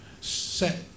set